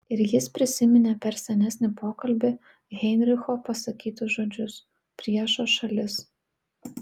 ir jis prisiminė per senesnį pokalbį heinricho pasakytus žodžius priešo šalis